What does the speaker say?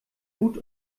gut